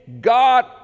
God